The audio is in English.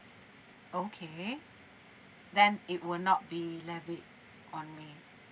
okay then it will not be levied on me